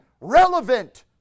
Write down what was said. relevant